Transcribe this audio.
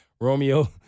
Romeo